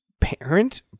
parent